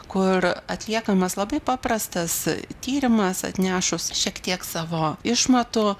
kur atliekamas labai paprastas tyrimas atnešus šiek tiek savo išmatų